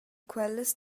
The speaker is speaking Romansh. quellas